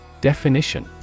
Definition